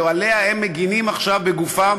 שעליה הם מגינים עכשיו בגופם,